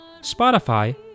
Spotify